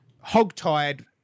hog-tied